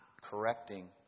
correcting